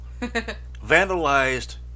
vandalized